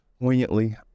poignantly